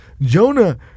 jonah